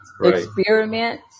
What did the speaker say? experiment